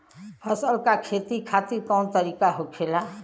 फसल का खेती खातिर कवन तरीका होखेला?